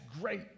great